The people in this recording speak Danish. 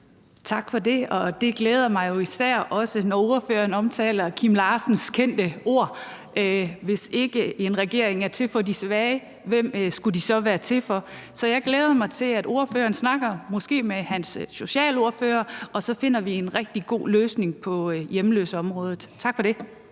Tak for det. Det glæder mig jo især også, når ordføreren omtaler Kim Larsens kendte ord: Hvis ikke en regering er til for de svage, hvem skulle den så være til for? Så jeg glæder mig til, at ordføreren snakker måske med sin socialordfører, og så finder vi en rigtig god løsning på hjemløseområdet. Tak for det.